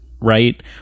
right